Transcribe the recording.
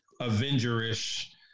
Avenger-ish